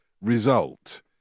result